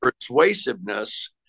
persuasiveness